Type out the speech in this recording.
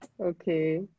Okay